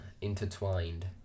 intertwined